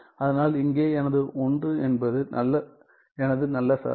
அதனால் இங்கே எனது 1 என்பது எனது நல்ல சார்பு